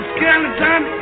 Skeleton